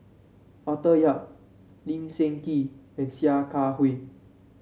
Arthur Yap Lee Seng Tee and Sia Kah Hui